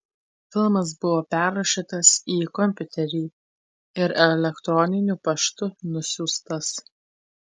filmas buvo perrašytas į kompiuterį ir elektroniniu paštu nusiųstas